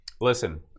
Listen